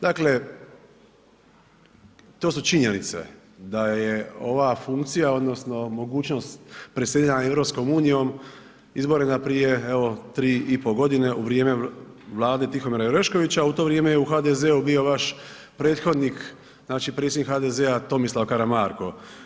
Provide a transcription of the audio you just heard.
Dakle, to su činjenice da je ova funkcija odnosno mogućnost predsjedanja EU izborena prije evo 3,5 godine u vrijeme vlade Tihomira Oreškovića, a u to vrijeme je u HDZ-u bio vaš prethodnik, znači predsjednik HDZ-a Tomislav Karamarko.